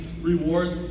rewards